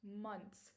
months